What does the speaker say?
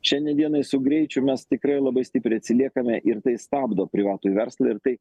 šiandien dienai su greičiu mes tikrai labai stipriai atsiliekame ir tai stabdo privatų verslą ir tai